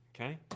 okay